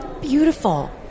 beautiful